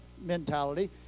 mentality